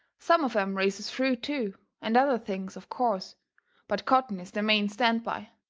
some of em raises fruit, too, and other things, of course but cotton is the main stand-by,